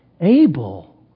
Abel